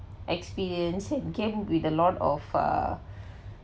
experience and came with a lot of err